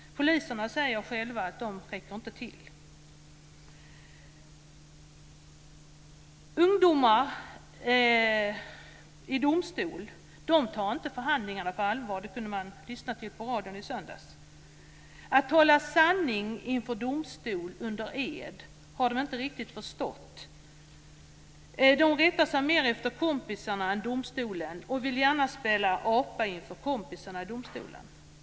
Poliserna säger själva att de inte räcker till. Man kunde i radion i söndags höra att ungdomar i domstol inte tar förhandlingarna där på allvar. De förstår inte riktigt vikten av att tala sanning inför domstol under ed. De rättar sig mer efter kompisarna än efter domstolen. De vill i domstolen gärna spela apa inför sina kompisar.